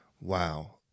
wow